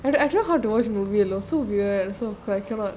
I I try hard to watch movie alone so weird so I cannot